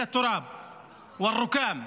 אדוני היושב-ראש.